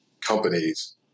companies